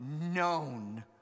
known